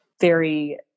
very-